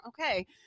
okay